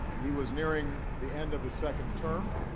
he was nearing the end of his second term,